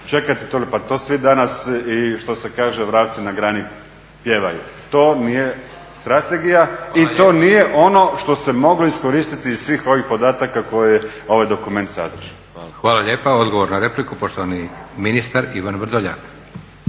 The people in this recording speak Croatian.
toliko. Pa to svi danas i što se kaže vrapci na grani pjevaju. To nije strategija i to nije ono što se moglo iskoristiti iz svih ovih podataka koje ovaj dokument sadrži. **Leko, Josip (SDP)** Hvala lijepa. Odgovor na repliku, poštovani ministar Ivan Vrdoljak.